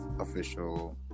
official